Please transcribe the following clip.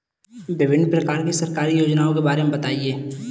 विभिन्न प्रकार की सरकारी योजनाओं के बारे में बताइए?